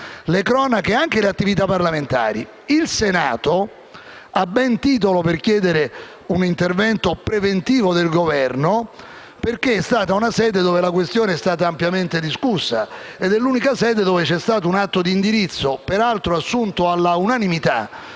le cronache e anche le attività parlamentari. Il Senato ha ben titolo per chiedere un intervento preventivo del Governo, in quanto è una sede dove la questione è stata ampiamente discussa ed è l'unica sede dove vi è stato un atto di indirizzo, peraltro assunto all'unanimità